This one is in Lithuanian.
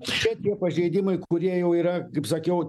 čia tie pažeidimai kurie jau yra kaip sakiau